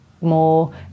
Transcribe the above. more